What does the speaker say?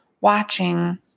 watching